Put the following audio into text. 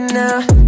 now